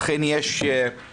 אכן יש התקדמות